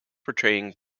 portraying